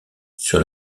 sur